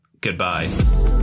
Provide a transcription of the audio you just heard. goodbye